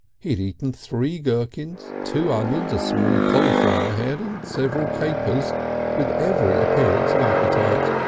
he had eaten three gherkins, two onions, a small cauliflower head and several capers with every appearance of appetite,